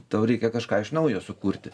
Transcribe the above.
tau reikia kažką iš naujo sukurti